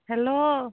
hello